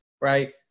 right